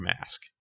mask